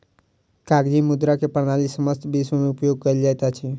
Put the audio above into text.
कागजी मुद्रा के प्रणाली समस्त विश्व में उपयोग कयल जाइत अछि